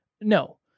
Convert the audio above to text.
No